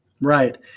Right